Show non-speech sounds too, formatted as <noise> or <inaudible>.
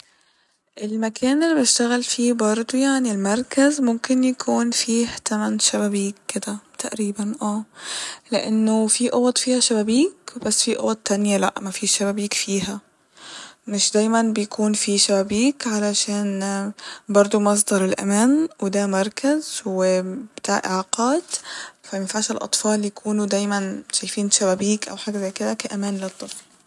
المكان اللي بشتغل فيه برضه يعني المركز ممكن يكون فيه تمن شابيبك كده تقريبا اه لإنه في أوض فيها شبابيك بس في أوض تانية لأ مفيش شبابيك فيها مش دايما بيكون في شبابيك علشان <hesitation> مصدر الأمان وده مركز و بتاع إعاقات ف مينفعش الأطفال يكونو دايما شايفين شبابيك أو حاجة زي كده كأمان للطفل